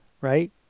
right